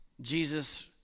Jesus